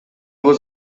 was